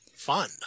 fun